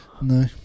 no